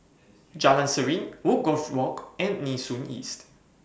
Jalan Serene Woodgrove Walk and Nee Soon East